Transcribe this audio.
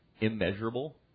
immeasurable